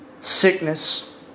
sickness